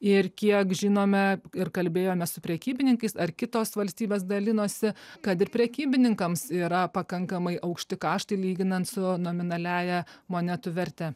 ir kiek žinome ir kalbėjome su prekybininkais ar kitos valstybės dalinosi kad ir prekybininkams yra pakankamai aukšti kaštai lyginant su nominaliąja monetų verte